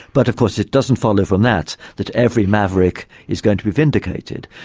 but of course it doesn't follow from that that every maverick is going to be vindicated.